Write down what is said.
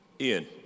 Ian